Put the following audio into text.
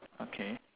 okay